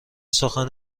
سخن